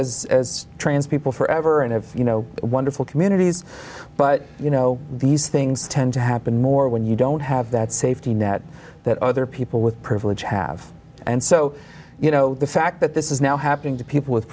lives as trans people forever and have you know wonderful communities but you know these things tend to happen more when you don't have that safety net that other people with privilege have and so you know the fact that this is now happening to people with